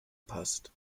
passt